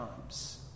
times